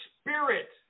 spirit